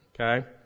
Okay